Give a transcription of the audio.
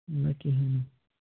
نہَ کِہیٖنٛۍ نہٕ